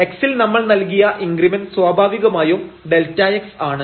x ൽ നമ്മൾ നൽകിയ ഇൻഗ്രിമെന്റ് സ്വാഭാവികമായും Δx ആണ്